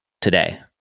today